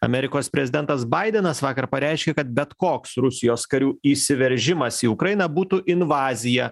amerikos prezidentas baidenas vakar pareiškė kad bet koks rusijos karių įsiveržimas į ukrainą būtų invazija